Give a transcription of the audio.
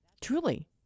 Truly